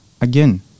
again